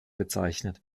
bezeichnet